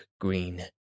green